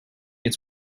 its